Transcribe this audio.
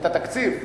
את התקציב?